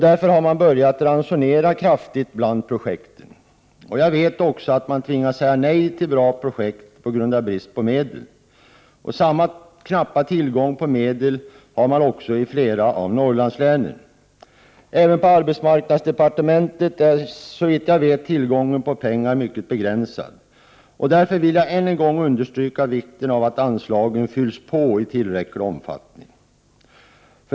Därför har man börjat ransonera kraftigt bland projekten. Jag vet också att man på grund av brist på medel har tvingats säga nej till bra projekt. Samma knappa tillgång på medel har man också i flera av Norrlandslänen. Även på arbetsmarknadsdepartementet är, såvitt jag vet, tillgången på pengar mycket begränsad. Därför vill jag än en gång understryka vikten av att anslagen fylls på i tillräcklig omfattning.